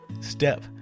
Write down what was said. step